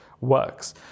works